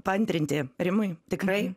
paantrinti rimui tikrai